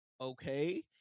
okay